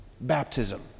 baptism